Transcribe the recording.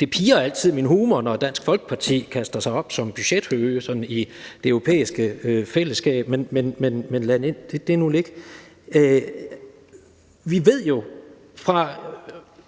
Det pirrer altid min humor, når Dansk Folkeparti slår sig op som budgethøge i Det Europæiske Fællesskab, men lad det nu ligge. Vi ved jo også,